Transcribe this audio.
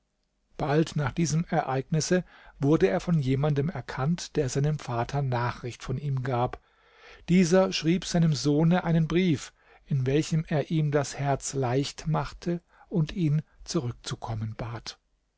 bald nach diesem ereignisse wurde er von jemandem erkannt der seinem vater nachricht von ihm gab dieser schrieb seinem sohne einen brief in welchem er ihm das herz leicht machte und ihn zurückzukommen bat